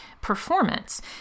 performance